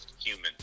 human